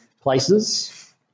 places